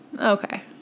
Okay